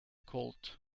colt